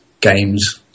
games